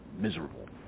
miserable